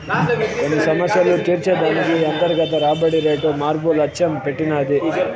కొన్ని సమస్యలు తీర్చే దానికి ఈ అంతర్గత రాబడి రేటు మార్పు లచ్చెంగా పెట్టినది